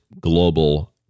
global